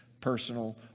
personal